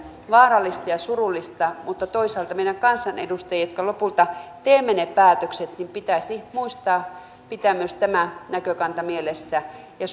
vaarallista ja surullista mutta toisaalta meidän kansanedustajien jotka lopulta teemme ne päätökset pitäisi muistaa pitää myös tämä näkökanta mielessä ja